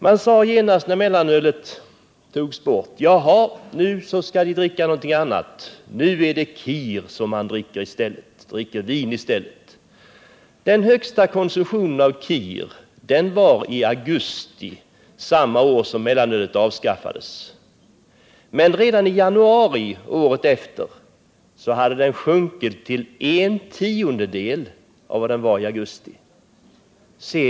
Man sade genast när mellanölet togs bort: Ja, nu dricker de något annatnu är det vinet Kir som man dricker i stället. Den högsta konsumtionen av Kir förekom i augusti samma år som mellanölet avskaffades, men redan i januari året efter hade konsumtionen sjunkit till en tiondel av vad den var i augusti.